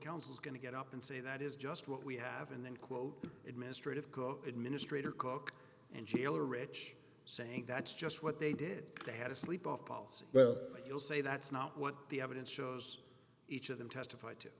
counsel is going to get up and say that is just what we have and then quote administrative cook administrator cook and jailer rich saying that's just what they did they had a sleep off policy but you'll say that's not what the evidence shows each of them testif